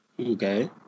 Okay